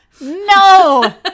No